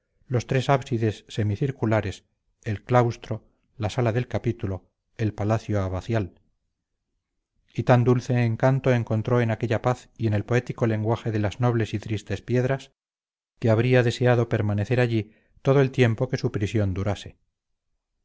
los tres ábsides semi circulares el claustro la sala del capítulo el palacio abacial y tan dulce encanto encontró en aquella paz y en el poético lenguaje de las nobles y tristes piedras que habría deseado permanecer allí todo el tiempo que su prisión durase